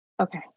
Okay